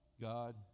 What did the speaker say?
God